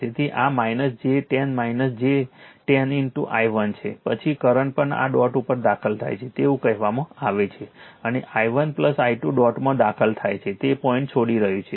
તેથી આ j 10 j 10 i1 છે પછી કરંટ પણ આ ડોટ ઉપર દાખલ થાય છે તેવું કહેવામાં આવે છે અને i1 i2 ડોટમાં દાખલ થાય છે તે પોઇન્ટ છોડી રહ્યું છે